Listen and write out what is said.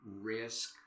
risk